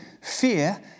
Fear